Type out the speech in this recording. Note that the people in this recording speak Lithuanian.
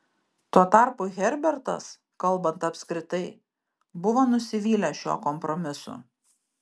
tuo tarpu herbertas kalbant apskritai buvo nusivylęs šiuo kompromisu